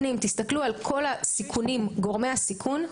אם תסתכלו על כל גורמי הסיכון,